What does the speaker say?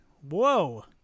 Whoa